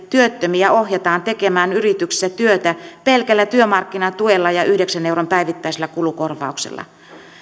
työttömiä ohjataan tekemään yrityksissä työtä pelkällä työmarkkinatuella ja yhdeksän euron päivittäisellä kulukorvauksella